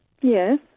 Yes